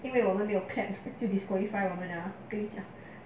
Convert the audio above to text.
因为我们没有 clap 就 disqualify 我们 ah 跟你讲